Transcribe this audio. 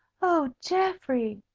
oh, geoffrey!